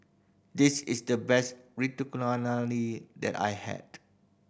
this is the best that I had